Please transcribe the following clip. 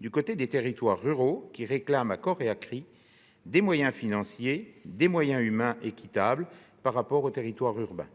du côté des territoires ruraux, qui réclament à cor et à cri des moyens financiers et humains équitables par rapport aux territoires urbains,